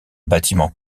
bâtiment